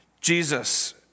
Jesus